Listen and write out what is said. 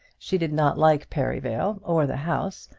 she did not like perivale or the house,